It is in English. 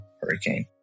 hurricane